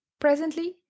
presently